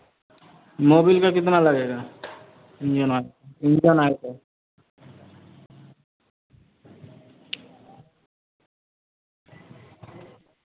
Mobil का कितना लगेगा इंजन ऑयल इंजन ऑयल का